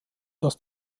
dass